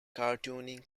cartooning